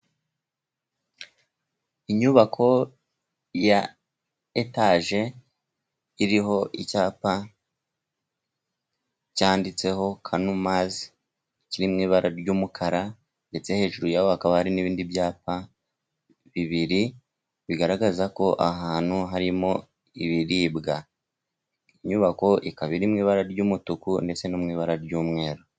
Inyubako ya etaje, iriho icyapa cyanditseho Kanumazi kiri mu ibara ry'umukara, ndetse hejuru yaho hakaba hari n'ibindi byapa bibiri, bigaragaza ko aha hantu harimo ibiribwa. Inyubako ikaba iri mu ibara ry'umutuku ndetse no mu ibara ry'umweru.